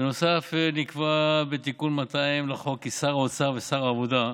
בנוסף נקבע בתיקון 200 לחוק כי שר האוצר ושר העבודה,